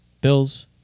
Bills